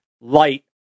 light